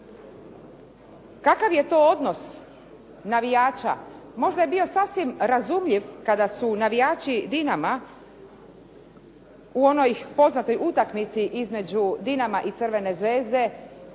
Kakav je to odnos navijača? Možda je bio sasvim razumljiv kada su navijači Dinama u onoj poznatoj utakmici između Dinama i Crvene Zvezde